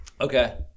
Okay